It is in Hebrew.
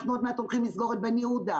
אנחנו עוד מעט הולכים לסגור את בן יהודה.